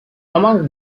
among